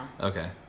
Okay